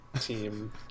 team